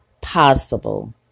possible